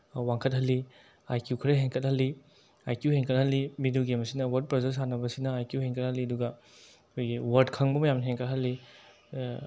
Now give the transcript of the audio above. ꯋꯥꯡꯈꯠꯍꯜꯂꯤ I Q ꯈꯔ ꯍꯦꯟꯀꯠꯍꯜꯂꯤ I Q ꯍꯦꯟꯀꯠꯍꯜꯂꯤ ꯚꯤꯗꯤꯑꯣ ꯒꯦꯝ ꯑꯁꯤꯅ ꯋꯥꯔꯗ ꯄꯖꯜ ꯁꯥꯟꯅꯕꯁꯤꯅ ꯑꯥꯏ ꯀ꯭ꯌꯨ ꯍꯦꯟꯀꯠꯍꯜꯂꯤ ꯑꯗꯨꯒ ꯑꯩꯈꯣꯏꯒꯤ ꯋꯥꯔꯗ ꯈꯪꯕ ꯑꯃ ꯌꯥꯝ ꯍꯦꯟꯀꯠꯍꯜꯂꯤ